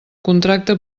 contracte